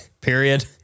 period